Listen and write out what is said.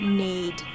need